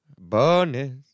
bonus